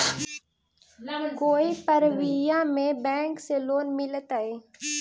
कोई परबिया में बैंक से लोन मिलतय?